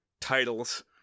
titles